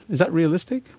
is that realistic?